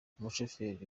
umushoferi